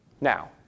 Now